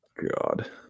God